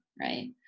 right